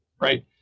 right